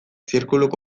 zirkuluk